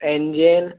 engine